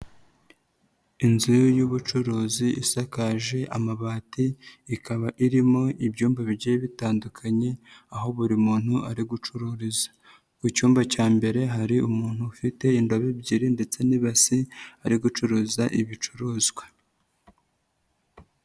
Inzu y'ubucuruzi isakaje amabati ikaba irimo ibyumba bigiye bitandukanye aho buri muntu ari gucururiza, ku cyumba cya mbere hari umuntu ufite indobo ebyiri ndetse n'ibase ari gucuruza ibicuruzwa.